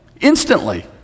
Instantly